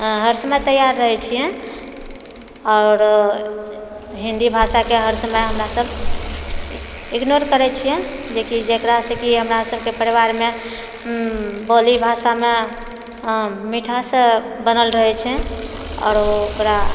आ हरसमय तैयार रहैत छिए औरो हिन्दी भाषाके हरसमय हमरासब इग्नोर करैछिए जेकि जेकरासँ कि हमरासबके परिवारमे बोलि भाषामे मिठास बनल रहैत छै औरो ओकरा